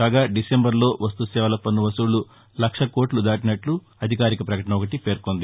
కాగా డిసెంబరులో వస్తు సేవల పన్ను వసూళ్లు లక్ష కోట్లు దాటినట్టు ఒక అధికారిక పకటన పేర్కొంది